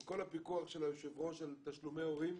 עם כל הפיקוח של היושב-ראש על תשלומי הורים,